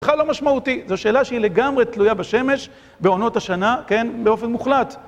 בכלל לא משמעותי, זו שאלה שהיא לגמרי תלויה בשמש, בעונות השנה, כן, באופן מוחלט.